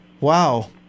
Wow